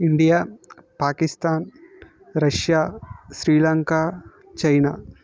India Pakistan Russia Sri Lanka China